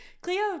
cleo